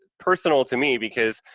personal to me, because,